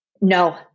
No